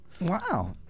Wow